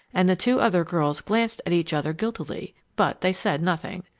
and the two other girls glanced at each other guiltily, but they said nothing.